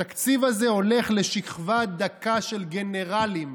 התקציב הזה הולך לשכבה דקה של גנרלים,